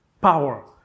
power